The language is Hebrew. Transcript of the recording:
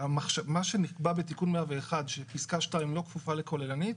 מה שנקבע בתיקון 101 שפסקה (2) לא כפופה לכוללנית